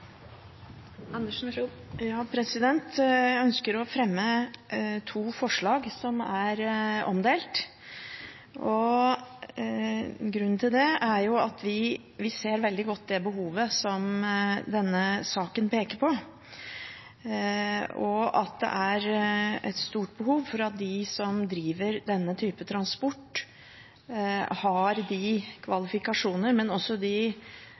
Jeg ønsker å fremme to forslag, som er omdelt. Grunnen til det er at vi ser veldig godt det behovet som denne saken peker på, og at det er et stort behov for at de som driver denne typen transport, har de kvalifikasjoner, men også den kjennskapen til språket og de